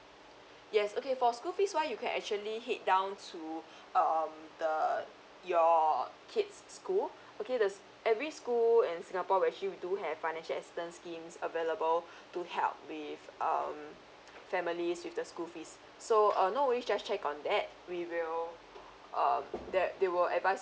yes okay for school fees wise you can actually head down to um the your kid's school okay the every school in singapore we actually we do have financial assistance schemes available to help with um families with the school fees so uh no we just check on that we will um that they will advice